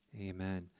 Amen